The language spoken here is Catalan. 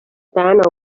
tant